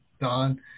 Don